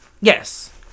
yes